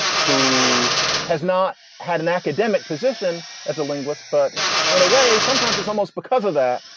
who has not had an academic position as a linguist but in a way, sometimes it's almost because of that,